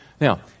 Now